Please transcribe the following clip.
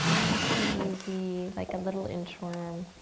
nice and easy like a little inchworm,